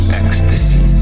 ecstasy